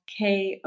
KO